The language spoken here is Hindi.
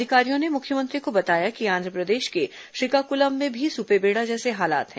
अधिकारियों ने मुख्यमंत्री को बताया कि आन्ध्रप्रदेश के श्रीकाकुलम में भी सुपेबेड़ा जैसे हालात हैं